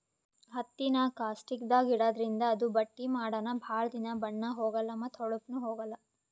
ಹತ್ತಿನಾ ಕಾಸ್ಟಿಕ್ದಾಗ್ ಇಡಾದ್ರಿಂದ ಅದು ಬಟ್ಟಿ ಮಾಡನ ಭಾಳ್ ದಿನಾ ಬಣ್ಣಾ ಹೋಗಲಾ ಮತ್ತ್ ಹೋಳಪ್ನು ಹೋಗಲ್